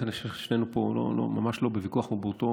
שנינו פה ממש לא בוויכוח,